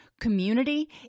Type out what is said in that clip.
Community